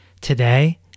Today